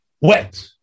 wet